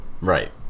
Right